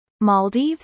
Maldives